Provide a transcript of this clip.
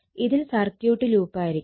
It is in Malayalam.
ഇതിൽ സർക്യൂട്ട് ലൂപ്പായിരിക്കും